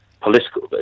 political